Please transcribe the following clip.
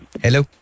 Hello